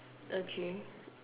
okay